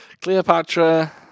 Cleopatra